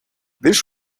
this